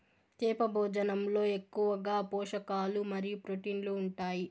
చేప భోజనంలో ఎక్కువగా పోషకాలు మరియు ప్రోటీన్లు ఉంటాయి